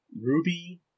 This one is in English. Ruby